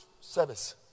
service